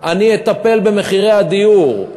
אני אטפל במחירי הדיור,